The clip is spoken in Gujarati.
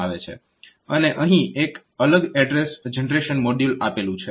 અને અહીં એક અલગ એડ્રેસ જનરેશન મોડ્યુલ આપેલું છે